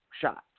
shots